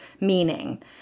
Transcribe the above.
meaning